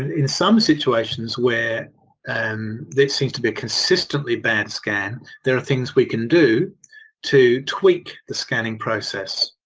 in some situations where and it seems to be aconsistently bad scan there are things we can do to tweak the scanning process.